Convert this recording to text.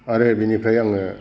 आरो बिनिफ्राय आङो